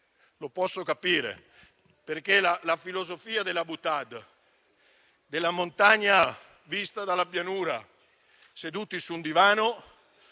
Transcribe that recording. Lo posso capire, perché la filosofia della *boutade*, della montagna vista dalla pianura, seduti su un divano,